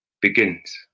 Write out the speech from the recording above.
begins